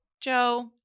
Joe